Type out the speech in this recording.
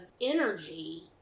energy